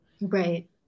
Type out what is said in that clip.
Right